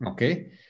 Okay